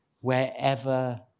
wherever